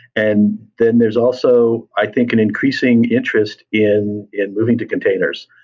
and then there's also i think an increasing interest in in moving to containers.